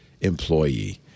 employee